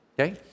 Okay